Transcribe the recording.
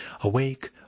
Awake